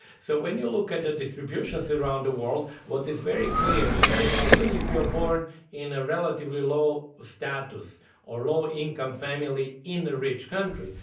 so when you look at the distribution, see around the world, what is very clear is that even if you're born in a relatively low status or low income family. in the rich country,